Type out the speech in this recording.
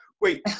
wait